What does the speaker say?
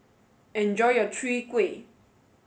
enjoy your Chwee Kueh